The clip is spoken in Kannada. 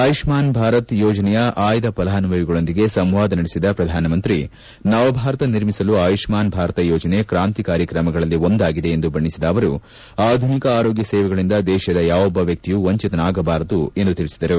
ಆಯುಷ್ನಾನ್ ಭಾರತ್ ಯೋಜನೆಯ ಆಯ್ದ ಫಲಾನುಭವಿಗಳೊಂದಿಗೆ ಸಂವಾದ ನಡೆಸಿದ ಪ್ರಧಾನಮಂತ್ರಿ ನವಭಾರತ ನಿರ್ಮಿಸಲು ಆಯುಷ್ಸಾನ್ ಭಾರತ ಯೋಜನೆ ಕ್ರಾಂತಿಕಾರಿ ಕ್ರಮಗಳಲ್ಲಿ ಒಂದಾಗಿದೆ ಎಂದು ಬಣ್ಣಿಸಿದ ಅವರು ಆಧುನಿಕ ಆರೋಗ್ಯ ಸೇವೆಗಳಿಂದ ದೇಶದ ಯಾವೊಬ್ಬ ವ್ಯಕ್ತಿಯೂ ವಂಚಿತನಾಗಬಾರದು ಎಂದು ತಿಳಿಸಿದರು